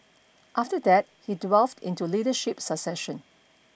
after that he delved into leadership succession